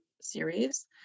series